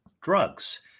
drugs